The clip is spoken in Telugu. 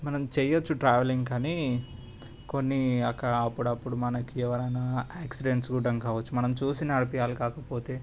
మనం చేయవచ్చు ట్రావెలింగ్ కానీ కొన్ని ఒక అప్పుడప్పుడు మనకి ఎవరైనా యాక్సిడెంట్ చూడడానికి కావచ్చు మనం చూసి నడిపియాలి కాకపోతే